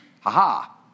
Ha-ha